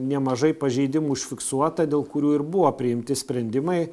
nemažai pažeidimų užfiksuota dėl kurių ir buvo priimti sprendimai